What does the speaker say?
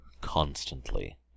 constantly